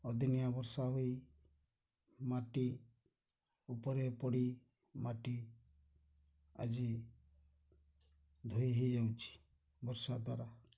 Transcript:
ଆଦିନିଆ ବର୍ଷା ହୋଇ ମାଟି ଉପରେ ପଡ଼ି ମାଟି ଆଜି ଧୋଇ ହେଇଯାଉଛି ବର୍ଷା ଦ୍ୱାରା